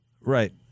Right